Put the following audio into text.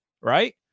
right